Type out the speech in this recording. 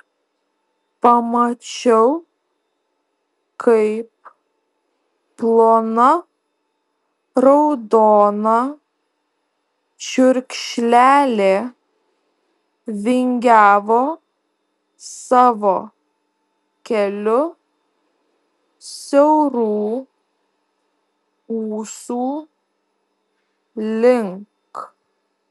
pamačiau kaip plona raudona čiurkšlelė vingiavo savo keliu siaurų ūsų link